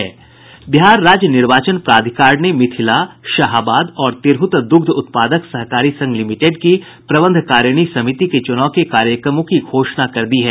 बिहार राज्य निर्वाचन प्राधिकार ने मिथिला शाहाबाद और तिरहुत दुग्ध उत्पादक सहकारी संघ लिमिटेड की प्रबंधकारिणी समिति के चुनाव के कार्यक्रमों की घोषणा कर दी है